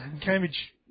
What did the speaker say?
Cambridge